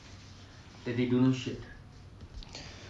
and you know um இல்ல:illa like um